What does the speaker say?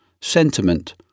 Sentiment